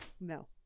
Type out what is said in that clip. No